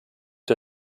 der